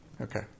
okay